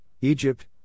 Egypt